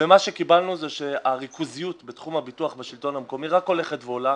מה שקיבלנו זה שהריכוזיות בתחום הביטוח בשלטון המקומי רק הולכת וגדלה.